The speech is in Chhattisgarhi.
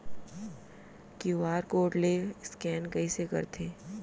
क्यू.आर कोड ले स्कैन कइसे करथे?